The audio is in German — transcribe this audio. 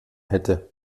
hätte